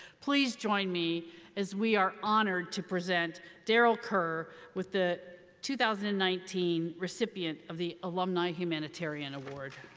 please join me as we are honored to present darryl kerr with the two thousand and nineteen recipient of the alumni humanitarian award.